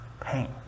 pain